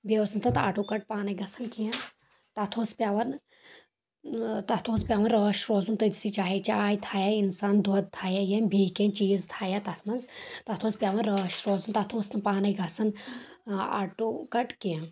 بییٚہِ اوس نہٕ تتھ آٹو کٹ پانے گژھان کینٛہہ تتھ اوس پٮ۪وان تتھ اوس پٮ۪وان رٲچھۍ روزُن تٔتسی جایہِ چاے تھایِہِ ہا انسان دۄد تھایہِ ہا انسان یا بییٚہِ کینٛہہ چیٖز تھایا تتھ منٛز تتھ اوس پیوان رٲچھۍ روزُن تتھ اوس نہٕ پانے گژھان آٹو کٹ کینٛہہ